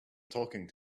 talking